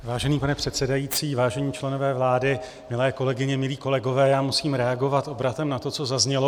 Vážený pane předsedající, vážení členové vlády, milé kolegyně, milí kolegové, já musím reagovat obratem na to, co zaznělo.